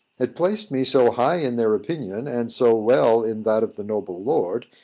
it placed me so high in their opinion, and so well in that of the noble lord,